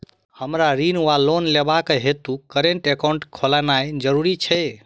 हमरा ऋण वा लोन लेबाक हेतु करेन्ट एकाउंट खोलेनैय जरूरी छै?